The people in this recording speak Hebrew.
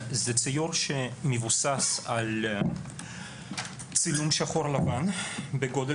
זה ציור שמבוסס על צילום שחור-לבן בגודל